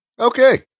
Okay